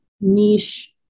niche